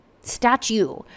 statue